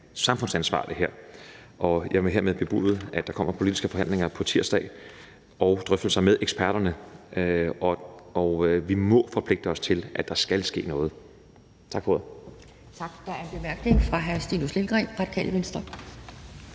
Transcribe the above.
samfundsansvar, og jeg vil hermed bebude, at der kommer politiske forhandlinger på tirsdag samt drøftelser med eksperterne. Vi må forpligte os til, at der skal ske noget. Tak for ordet.